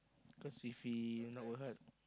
cause we feel no hurt